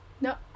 No